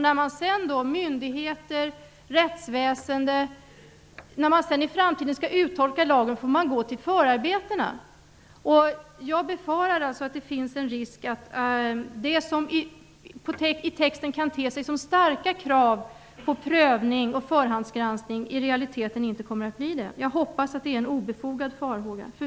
När myndigheter och rättsväsende i framtiden skall uttolka lagen får man gå till förarbetena. Jag befarar att det finns en risk för att det som i texten kan te sig som starka krav på prövning och förhandsgranskning i realiteten inte kommer att bli det. Jag hoppas att det är en obefogad farhåga.